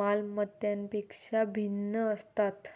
माल मत्तांपेक्षा भिन्न असतात